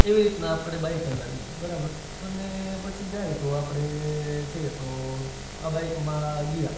એવી રીતના આપણે બાઇક ચલાવી એ બરાબર અને પછી જાય તો આપણે છીએ તો આ બાઇકમાં ગિયા